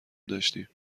داشتیم